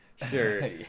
Sure